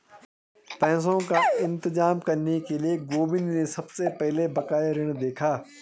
पैसों का इंतजाम करने के लिए गोविंद ने सबसे पहले बकाया ऋण देखा